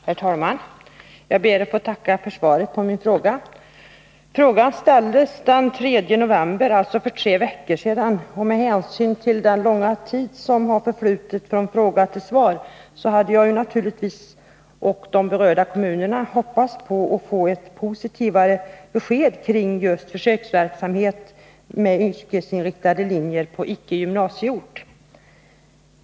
Herr talman! Jag ber att få tacka för svaret på min fråga. Frågan ställdes den 3 november, alltså för tre veckor sedan. Med hänsyn till den långa tid som förflutit sedan frågan ställdes hade de berörda kommunerna och jag själv hoppats på ett positivare besked om försöksverksamhet med yrkesinriktade linjer på icke gymnasieort.